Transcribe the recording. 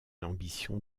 l’ambition